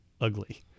ugly